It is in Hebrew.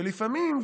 ולפעמים,